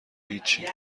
هیچی